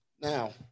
now